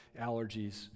allergies